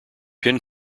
pin